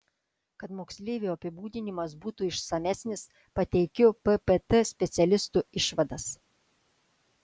kad moksleivio apibūdinimas būtų išsamesnis pateikiu ppt specialistų išvadas